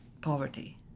poverty